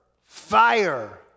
fire